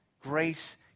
grace